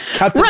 Right